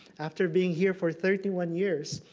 after being here for thirty one years,